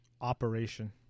operation